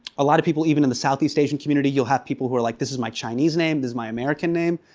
a lot of people even in the southeast asian community you'll have people who are like, this is my chinese name, this is my american name.